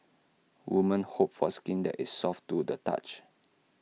woman hope for skin that is soft to the touch